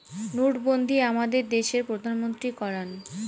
নোটবন্ধী আমাদের দেশের প্রধানমন্ত্রী করান